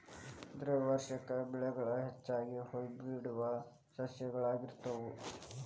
ದ್ವೈವಾರ್ಷಿಕ ಬೆಳೆಗಳು ಹೆಚ್ಚಾಗಿ ಹೂಬಿಡುವ ಸಸ್ಯಗಳಾಗಿರ್ತಾವ